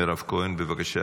מירב כהן, בבקשה